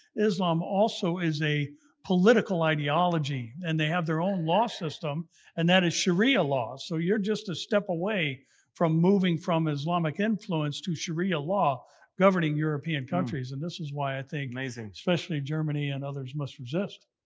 islam, also, is a political ideology. and they have their own law system and that is sharia law. so you are just a step away from moving from islamic influence to sharia law governing european countries. and this is why i think that especially germany and others must resist.